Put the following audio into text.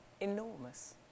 enormous